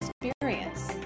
experience